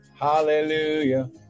Hallelujah